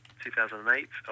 2008